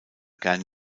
gern